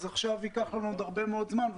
אז ייקח לנו עוד הרבה מאוד זמן.